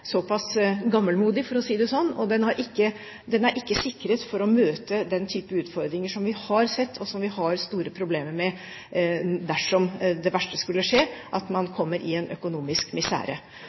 såpass gammelmodig – for å si det sånn – at den ikke er sikret for å møte den type utfordringer som vi har sett, og som vi har store problemer med dersom det verste skulle skje, at man kommer i en økonomisk